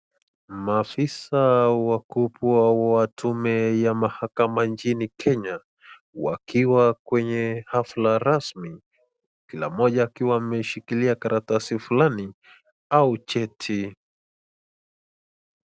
Maafisa wakubwa wa tume ya mahakama nchini kenya, wakiwa kwenye hafla rasmi, kila mmoja akiwa ameshikilia karatasi fulani au cheti.